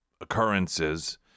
occurrences